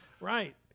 Right